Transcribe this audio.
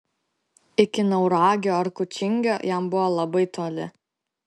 iki nauragio ar kučingio jam buvo labai toli